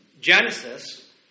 Genesis